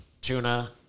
tuna